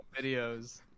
videos